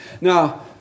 Now